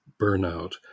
burnout